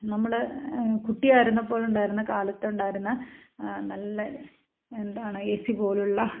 നമ്മൾ കുട്ടിയായിരുന്നപ്പോഴുണ്ടായിരുന്ന കാലത്തുണ്ടായിരുന്ന നല്ല എന്താണ് എ സി പോലെയുള്ള